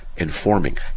informing